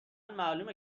معلومه